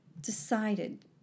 decided